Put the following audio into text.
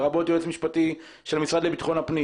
לרבות היועץ המשפטי של המשרד לביטחון פנים